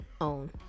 own